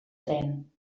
tren